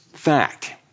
Fact